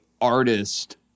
artist